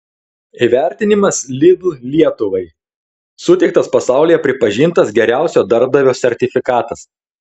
įvertinimas lidl lietuvai suteiktas pasaulyje pripažintas geriausio darbdavio sertifikatas